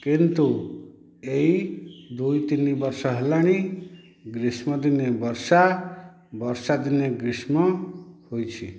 କିନ୍ତୁ ଏହି ଦୁଇ ତିନି ବର୍ଷ ହେଲାଣି ଗ୍ରୀଷ୍ମ ଦିନେ ବର୍ଷା ବର୍ଷା ଦିନେ ଗ୍ରୀଷ୍ମ ହୋଇଛି